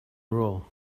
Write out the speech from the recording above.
rule